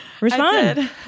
respond